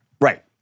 Right